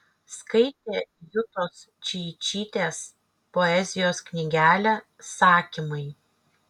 skaitė jutos čeičytės poezijos knygelę sakymai